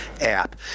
app